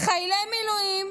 חיילי מילואים